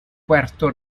puerto